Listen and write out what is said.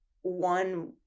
one